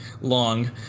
long